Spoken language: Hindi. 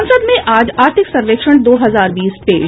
संसद में आज आर्थिक सर्वेक्षण दो हजार बीस पेश